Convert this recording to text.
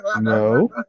No